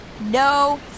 no